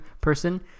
person